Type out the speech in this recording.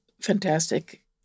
fantastic